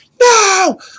No